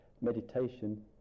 meditation